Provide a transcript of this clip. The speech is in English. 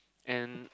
and